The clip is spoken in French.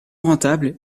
rentable